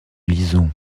lisons